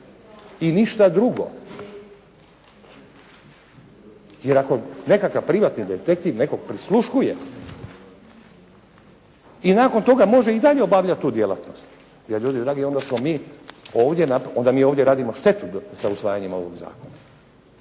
i ništa drugo. Jer ako nekakav privatni detektiv nekog prisluškuje i nakon toga može i dalje obavljati tu djelatnost, je ljudi dragi onda smo mi ovdje, onda mi ovdje radimo štetu sa usvajanjem ovog zakona.